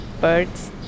birds